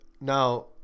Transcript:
Now